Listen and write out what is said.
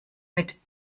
mit